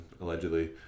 allegedly